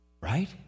Right